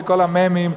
וכל המ"מים,